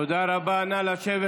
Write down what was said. תודה רבה, נא לשבת.